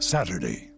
Saturday